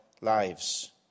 lives